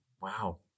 wow